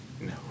No